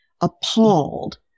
appalled